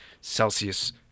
Celsius